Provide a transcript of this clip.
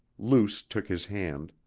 luce took his hand